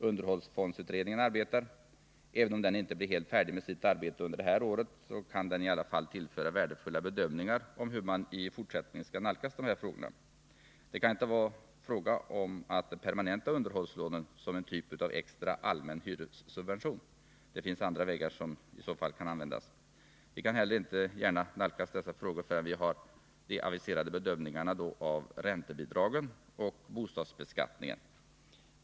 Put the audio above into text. Underhållsfondsutredningen arbetar, och även om den inte blir helt färdig med sitt arbete under det här året kan den i alla fall tillföra värdefulla bedömningar om hur man i fortsättningen skall nalkas dessa frågor. Det kan inte vara fråga om att permanenta underhållslånen som en typ av extra allmän hyressubvention — det finns andra vägar som i så fall kan användas. Vi kan inte heller gärna nalkas dessa frågor förrän vi har de aviserade bedömningarna av räntebidragen och bostadsbeskattningen.